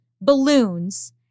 balloons